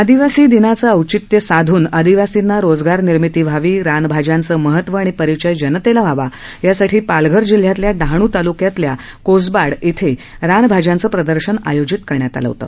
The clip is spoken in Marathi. आदिवासी दिनानं औचित्य साधून आदिवासींना रोजगार निर्मिती व्हावी रानभाज्यांच महत्व आणि परिचय जनतेला व्हावा यासाठी पालघर जिल्ह्यातल्या डहाणू तालुक्या मधल्या कोसबाड हिल इथं रानभाज्यांचं प्रदर्शन आयोजित करण्यात आलं होत